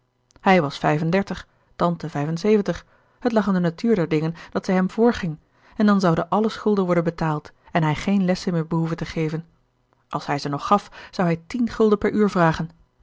hij was vijf en dertig tante vijf en zeventig het lag in de natuur der dingen dat zij hem vrging en dan gerard keller het testament van mevrouw de tonnette zouden alle schulden worden betaald en hij geen lessen meer behoeven te geven als hij ze nog gaf zou hij tien gulden per uur vragen